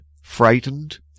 frightened